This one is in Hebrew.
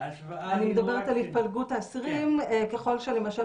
אני מדברת על התפלגות האסירים ככל שלמשל